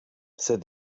said